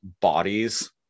bodies